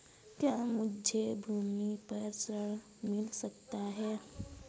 क्या मुझे अपनी भूमि पर ऋण मिल सकता है?